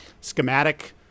schematic